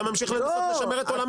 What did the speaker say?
אתה אמרת: הוא השקיע מכספו,